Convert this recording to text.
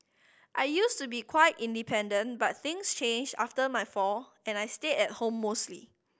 I used to be quite independent but things changed after my fall and I stayed at home mostly